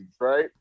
right